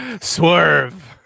swerve